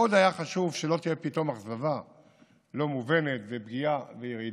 מאוד היה חשוב שלא תהיה פתאום אכזבה לא מובנת ופגיעה וירידה.